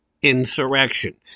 insurrection